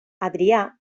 adrià